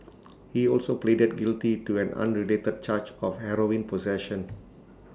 he also pleaded guilty to an unrelated charge of heroin possession